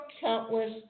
countless